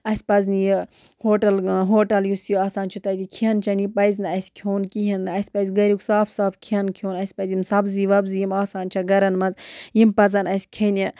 اَسہِ پَزِ نہٕ یہِ ہوٹَل ہوٹَل یُس یہِ آسان چھُ تَتہِ کھٮ۪ن چیٚن یہِ پَزِ نہٕ اَسہِ کھیٚون کِہیٖنۍ نہٕ اَسہِ پَزِ گَریُک صاف صاف کھیٚن کھیوٚن اَسہِ پَزِ یِم سَبزی وَبزی یِم آسان چھِ گَرَن مَنٛز یِم پَزَن اَسہِ کھیٚنہِ